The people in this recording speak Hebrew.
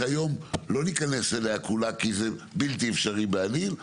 שהיום לא ניכנס אליה כולה כי זה בלתי אפשרי בעליל,